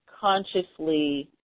consciously